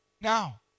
Now